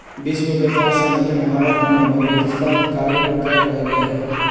विश्व व्यापार संगठन भारत में बहुतसा कार्य कर रहले है